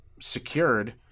secured